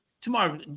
tomorrow